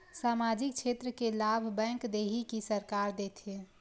सामाजिक क्षेत्र के लाभ बैंक देही कि सरकार देथे?